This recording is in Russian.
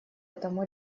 этому